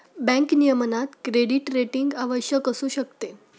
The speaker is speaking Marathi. बँक नियमनात क्रेडिट रेटिंग आवश्यक असू शकते